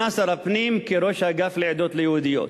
שר הפנים כראש האגף לעדות לא-יהודיות.